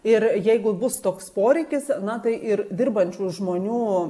ir jeigu bus toks poreikis na tai ir dirbančių žmonių